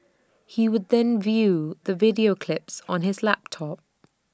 he would then view the video clips on his laptop